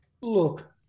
Look